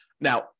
now